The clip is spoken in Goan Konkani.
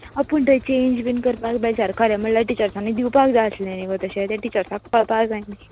हय पूण थय चेंज बी करपाक बेजार खरें म्हल्यार टिचर्सांनी दिवपाक जाय आसले तशे त्या ते टिचर्सांक कळपा जाय न्ही